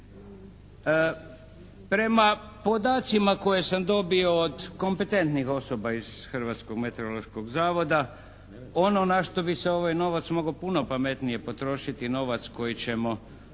Prema podacima koje sam dobio od kompetentnih osoba iz Hrvatskog meteorološkog zavoda ono na što bi se ovaj novac mogao puno pametnije potrošiti, novac koji ćemo